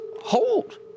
hold